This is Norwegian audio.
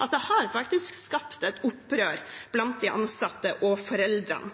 at det faktisk har skapt et opprør blant de ansatte og foreldrene.